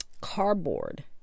Cardboard